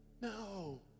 No